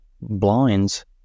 blinds